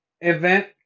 event